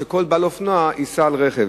ושכל בעל אופנוע ייסע על רכב.